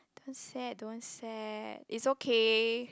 don't sad don't sad it's okay